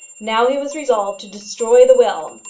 now he was resolved to destroy the will,